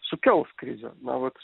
sukels krizę na vat